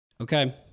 Okay